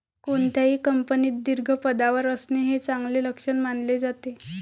कोणत्याही कंपनीत दीर्घ पदावर असणे हे चांगले लक्षण मानले जाते